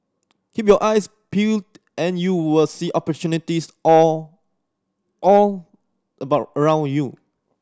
keep your eyes peeled and you will see opportunities all all about around you